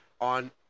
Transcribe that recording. on